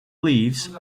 leaves